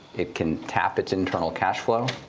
it can cap it's internal cash flow,